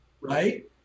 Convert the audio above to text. right